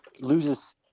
loses